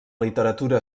literatura